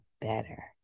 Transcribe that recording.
better